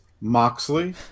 Moxley